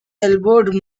elbowed